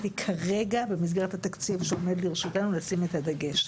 כרגע במסגרתה תקציב שעומד לרשותנו לשים את הדגש.